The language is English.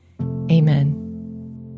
Amen